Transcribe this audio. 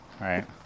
right